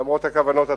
למרות הכוונות הטובות.